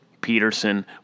Peterson